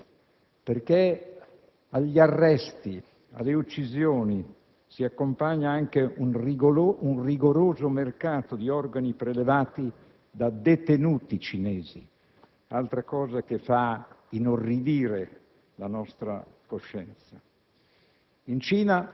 perché agli arresti, alle uccisioni si accompagna anche un rigoroso mercato di organi prelevati da detenuti cinesi, altra cosa che fa inorridire la nostra coscienza.